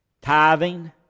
Tithing